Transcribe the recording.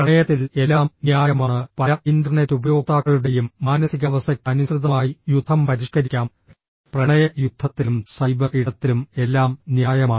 പ്രണയത്തിൽ എല്ലാം ന്യായമാണ് പല ഇന്റർനെറ്റ് ഉപയോക്താക്കളുടെയും മാനസികാവസ്ഥയ്ക്ക് അനുസൃതമായി യുദ്ധം പരിഷ്ക്കരിക്കാം പ്രണയ യുദ്ധത്തിലും സൈബർ ഇടത്തിലും എല്ലാം ന്യായമാണ്